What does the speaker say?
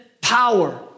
power